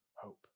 hope